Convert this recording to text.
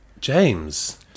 James